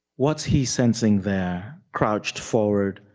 what he's sensing there, crouched forward,